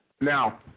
Now